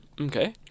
Okay